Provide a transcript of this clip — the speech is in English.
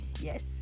yes